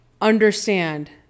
understand